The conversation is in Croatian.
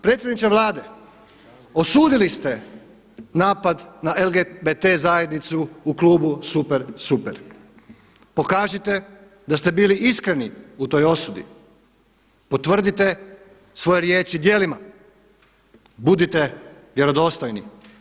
Predsjedniče Vlade, osudili ste napad na LGBT zajednicu u klubu Super, Super, pokažite da ste bili iskreni u toj osudi, potvrdite svoje riječi djelima, budite vjerodostojni.